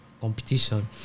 Competition